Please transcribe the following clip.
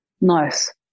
nice